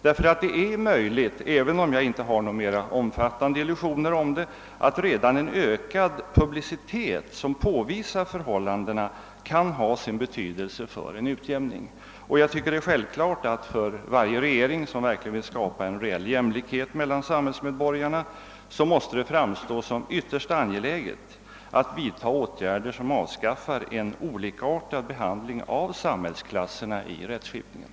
Det är nämligen möjligt — även om jag inte har några mer omfattande illusioner härom — att redan en ökad publicitet som påvisar förhållandena kan ha sin betydelse för en utjämning. För varje regering som verkligen vill skapa en reell jämlikhet mellan samhällsmedborgarna måste det framstå som ytterst angeläget att vidta åtgärder som avskaffar den olikartade behandlingen av samhällsklasserna i rättskipningen.